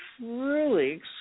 truly